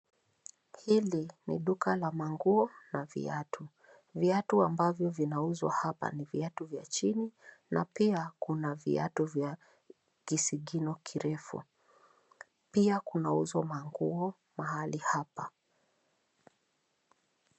Hili ni duka la manguo na viatu. Viatu ambavyo vinauzwa hapa ni viatu vya chini na pia kuna viatu vya kisigino kirefu. Pia kunauzwa manguo mahali hapa.